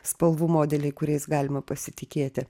spalvų modeliai kuriais galima pasitikėti